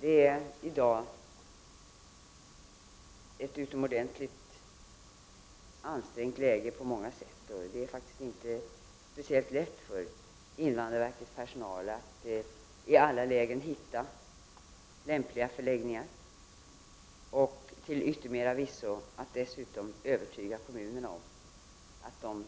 Läget i dag är på många sätt utomordentligt ansträngt. Det är inte särskilt lätt för invandrarverkets personal att i alla lägen finna lämpliga förläggningar och till yttermera visso övertyga kommunerna om